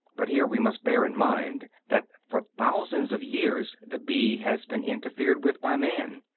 but here we must bear in mind that for thousands of years the bee has been interfered with by man.